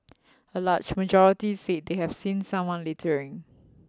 a large majority said they have seen someone littering